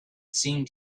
seemed